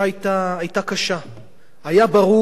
היה ברור שעם הממשלה הזאת